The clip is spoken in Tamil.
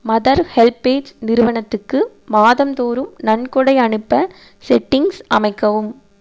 மதர் ஹெல்பேஜ் நிறுவனத்துக்கு மாதந்தோறும் நன்கொடை அனுப்ப செட்டிங்க்ஸ் அமைக்கவும்